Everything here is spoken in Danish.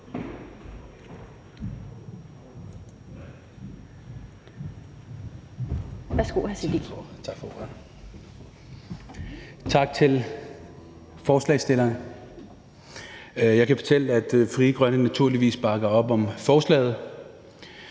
Siddique (UFG): Tak for ordet, og tak til forslagsstillerne. Jeg kan fortælle, at Frie Grønne naturligvis bakker op om forslaget.